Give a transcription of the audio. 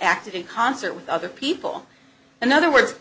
acted in concert with other people in other words